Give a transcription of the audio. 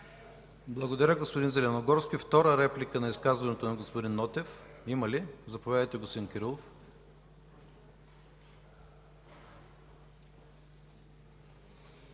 Благодаря, господин Зеленогорски. Има ли втора реплика към изказването на господин Нотев? Заповядайте, господин Кирилов.